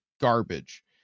garbage